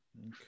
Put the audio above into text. Okay